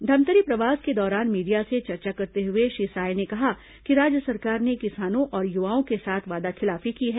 धमतरी प्रवास के दौरान मीडिया से चर्चा करते हुए श्री साय ने कहा कि राज्य सरकार ने किसानों और युवाओं के साथ वादाखिलाफी की है